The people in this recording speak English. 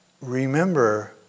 remember